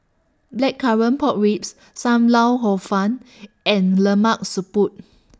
Blackcurrant Pork Ribs SAM Lau Hor Fun and Lemak Siput